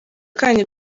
kanyu